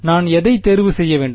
நான் எதை தேர்வு செய்ய வேண்டும்